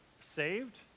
saved